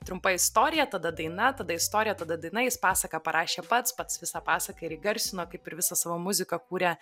trumpa istorija tada daina tada istorija tada daina jis pasaką parašė pats pats visą pasaką ir įgarsino kaip ir visą savo muziką kūrė